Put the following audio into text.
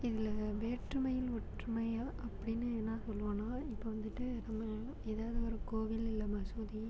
இதில் வேற்றுமையில் ஒற்றுமையாக அப்படின்னு என்ன சொல்லுவேன்னால் இப்போ வந்துட்டு நம்ம ஏதாவது ஒரு கோவில் இல்லை மசூதி